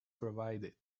provided